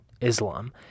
Islam